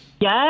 yes